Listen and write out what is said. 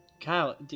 Kyle